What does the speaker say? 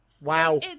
Wow